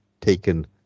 taken